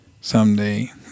someday